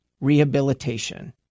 rehabilitation